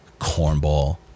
Cornball